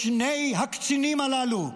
לשני הקצינים הללו,